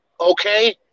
okay